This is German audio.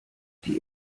die